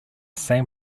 same